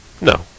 No